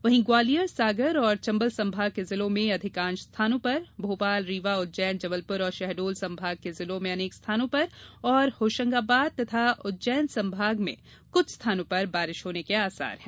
वहीं ग्वालियर सागर और चंबल संभाग के जिलों में अधिकांश स्थानों पर भोपाल रीवा उज्जैन जबलपुर और शहडोल संभाग के जिलों में अनेक स्थानों पर और होशंगाबाद और उज्जैन संभाग के जिलों में कुछ स्थानों पर बारिश होने के आसार है